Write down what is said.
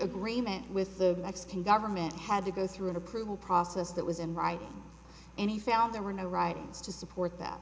agreement with the mexican government had to go through an approval process that was in writing and he found there were no writings to support th